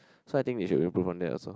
so I think they should improve on that also